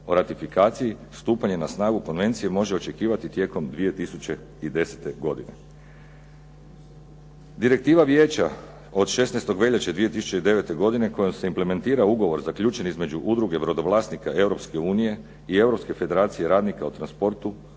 o ratifikaciji stupanje na snagu konvencije može očekivati tijekom 2010. godine. Direktiva vijeća od 16. veljače 2009. godine koja se implementira u ugovor zaključen između Udruge brodovlasnika Europske unije i Europske federacije radnika o transportu